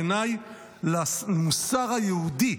בעיניי למוסר היהודי,